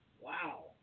Wow